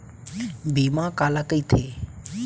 बीमा काला कइथे?